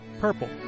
purple